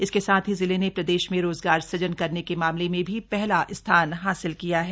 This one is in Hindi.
इसके साथ ही जिले ने प्रदेश में रोजगार सृजन करने के मामले में भी पहला स्थान हासिल किया है